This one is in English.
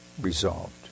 resolved